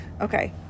okay